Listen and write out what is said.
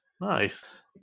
nice